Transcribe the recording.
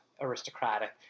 aristocratic